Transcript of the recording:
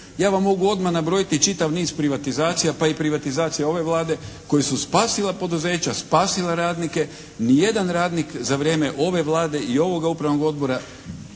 Ja vam odmah mogu nabrojiti čitav niz privatizacija pa i privatizacija ove Vlade koju su spasila poduzeća, spasila radnike. Ni jedan radnik za vrijeme ove Vlade i ovoga upravnog odbora